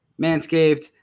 manscaped